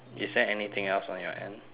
is there anything else on your end